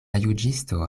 juĝisto